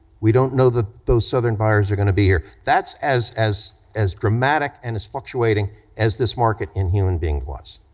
we don't know that those southern buyers are gonna be here. that's as as dramatic and as fluctuating as this market in human being was.